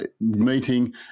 meeting